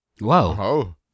Whoa